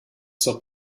zur